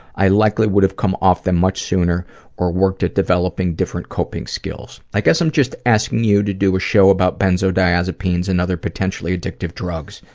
i likely would have come off them much sooner or worked at developing different coping skills. i guess i'm just asking you to do a show about benzodiazepines and other potentially addictive drugs.